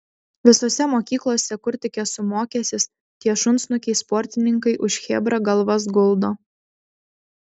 visose mokyklose kur tik esu mokęsis tie šunsnukiai sportininkai už chebrą galvas guldo